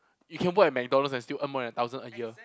you can work at MacDonald's and still earn more than a thousand a year